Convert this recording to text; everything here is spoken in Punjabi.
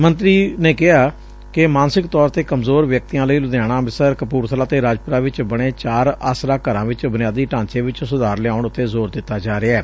ਮੰਤਰੀ ਕਿਹਾ ਕਿ ਮਾਨਸਿਕ ਤੌਰ ਤੇ ਕਮਜ਼ੋਰ ਵਿਅਕਤੀਆਂ ਲਈ ਲੁਧਿਆਣਾ ਅੰਮਿਤਸਰ ਕਪੁਰਬਲਾ ਤੇ ਰਾਜਪੁਰਾ ਵਿੱਚ ਬਣੇ ਚਾਰ ਆਸਰਾ ਘਰਾਂ ਵਿੱਚ ਬੁਨਿਆਦੀ ਢਾਂਚੇ ਵਿੱਚ ਸੁਧਾਰ ਲਿਆਉਣ ਉਤੇ ਜ਼ੌ ਰ ਦਿੱਤਾ ਜਾ ਰਿਹੈ